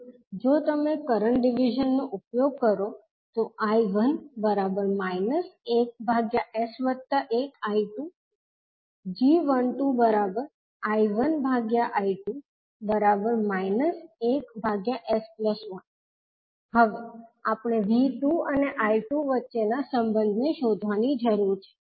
તેથી જો તમે કરંટ ડિવિઝન નો ઉપયોગ કરો તો I1 1s1I2 g12I1I2 1s1 હવે આપણે V2 અને I2 વચ્ચેના સંબંધને શોધવાની જરૂર છે